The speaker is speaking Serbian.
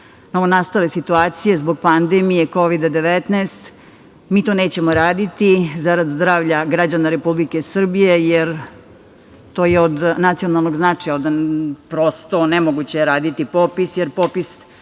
novonastale situacije zbog pandemije Kovida – 19, mi to nećemo raditi zarad zdravlja građana Republike Srbije, jer to je od nacionalnog značaja. Prosto nemoguće je raditi popis, jer popis